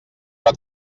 però